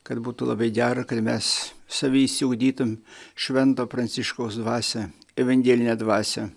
kad būtų labai gera kad mes savy išsiugdytum švento pranciškaus dvasią evangelinę dvasią